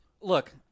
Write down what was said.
Look